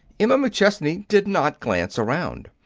emma mcchesney did not glance around.